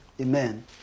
Amen